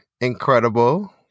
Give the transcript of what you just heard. incredible